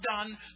done